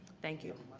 thank you.